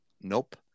Nope